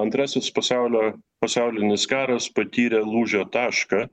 antrasis pasaulio pasaulinis karas patyrė lūžio tašką